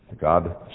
God